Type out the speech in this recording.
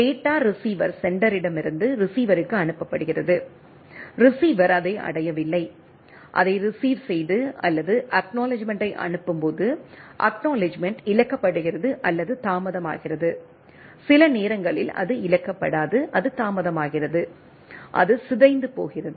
data receiver செண்டரிடம் இருந்து ரிசீவருக்கு அனுப்பப்படுகிறது ரிசீவர் அதை அடையவில்லை அதை ரீசிவ் செய்தது அல்லது அக்நாலெட்ஜ்மெண்ட்டை அனுப்பும்போது அக்நாலெட்ஜ்மெண்ட் இழக்கப்படுகிறது அல்லது தாமதமாகிறது சில நேரங்களில் அது இழக்கப்படாது அது தாமதமாகிறது அது சிதைந்து போகிறது